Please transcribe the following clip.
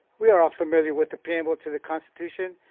we're ah familiar with the preamble to the institution.